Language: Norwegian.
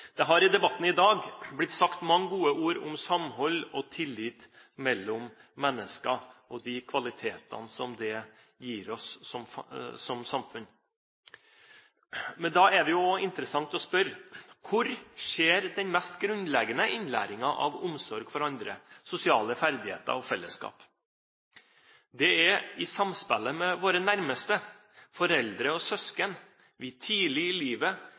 Det har i debatten i dag blitt sagt mange gode ord om samhold og tillit mellom mennesker og de kvaliteter det gir oss som samfunn. Men da er det jo interessant å spørre: Hvor skjer den mest grunnleggende innlæringen av omsorg for andre, sosiale ferdigheter og fellesskap? Det er i samspillet med våre nærmeste, foreldre og søsken, vi tidlig i livet